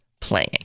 playing